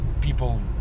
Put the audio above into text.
people